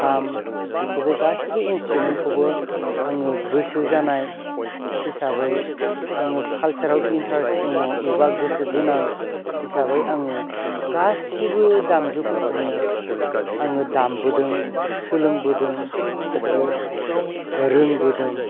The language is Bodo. खाम बेखौबो गासैबो इन्सथ्रुमेन्थखौबो आङो गोसो जानाय हिसाबै आङो कालसाराव इन्थारेस्थ दङ एबा गोसो गोनां हिसाबै आङो गासिबो दामजु फोरखौनो आङो दामबोदों सोलोंबोदों आरो रोंबोदों